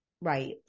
Right